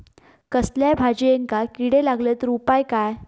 कसल्याय भाजायेंका किडे लागले तर उपाय काय?